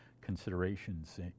considerations